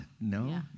No